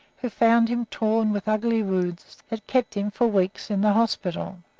who found him torn with ugly wounds that kept him for weeks in the hospital.